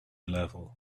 level